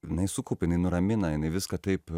jinai sukaupia jinai nuramina jinai viską taip